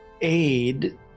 aid